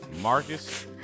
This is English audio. Marcus